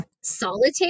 Solitaire